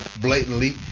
blatantly